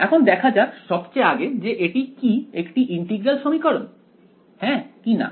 এখন দেখা যাক সবচেয়ে আগে যে এটি কি একটি ইন্টিগ্রাল সমীকরণ হ্যাঁ কি না